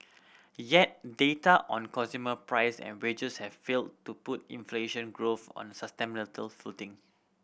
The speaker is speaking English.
yet data on consumer price and wages have failed to put inflation growth on footing